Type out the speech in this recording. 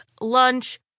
lunch